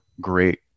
great